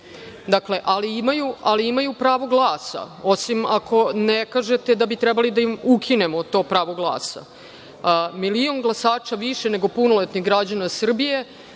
cenzusu ali imaju pravo glasa, osim ako ne kažete da bi trebali da im ukinemo to pravo glasa? Milion glasača više nego punoletnih građana Srbije